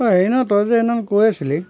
অঁ হেৰি নহয় তই যে সেইদিনাখন কৈ আছিলি